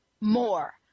More